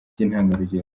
by’intangarugero